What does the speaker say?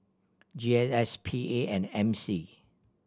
G S S P A and M C